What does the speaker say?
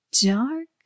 Dark